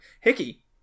Hickey